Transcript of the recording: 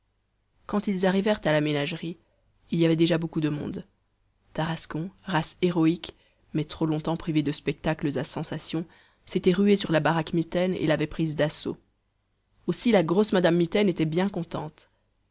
quand ils arrivèrent à la ménagerie il y avait déjà beaucoup de monde tarascon race héroïque mais trop longtemps privée de spectacles à sensations s'était rué sur la baraque mitaine et l'avait prise d'assaut aussi la grosse madame mitaine était bien contente